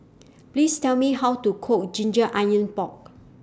Please Tell Me How to Cook Ginger Onions Pork